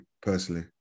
personally